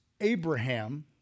Abraham